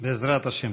בעזרת השם.